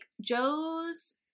Joe's